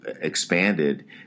expanded